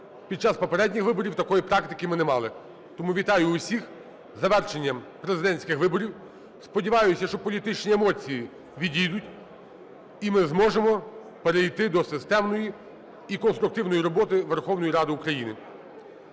під час попередніх виборів такої практики ми не мали. Тому вітаю усіх із завершенням президентських виборів. Сподіваюся, що політичні емоції відійдуть, і ми зможемо перейти до системної і конструктивної роботи Верховної Ради України.